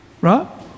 right